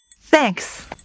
Thanks